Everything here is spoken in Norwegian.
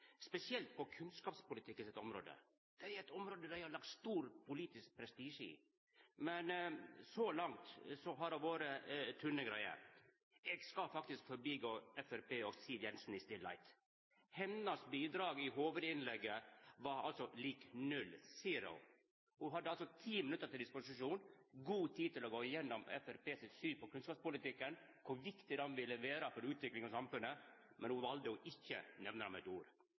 spesielt på kunnskapspolitikken sitt område. Det er eit område dei har lagt stor politisk prestisje i. Men så langt har det vore tynne greier. Eg skal faktisk lata Framstegspartiet og Siv Jensen liggja – hennar bidrag i hovudinnlegget var lik null, zero. Ho hadde altså ti minutt til disposisjon – god tid å gå igjennom Framstegspartiet sitt syn på kunnskapspolitikken og kor viktig han vil vera for utviklinga i samfunnet, men ho valde å ikkje nemna det med eitt ord.